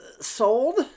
sold